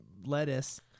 lettuce